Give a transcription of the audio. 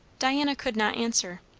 diana could not answer.